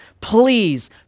please